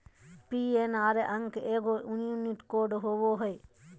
PNR अंक एगो unique code होबो हइ